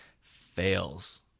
fails